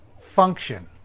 Function